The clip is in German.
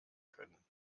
können